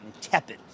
tepid